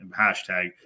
hashtag